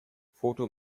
foto